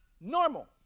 normal